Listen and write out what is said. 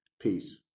Peace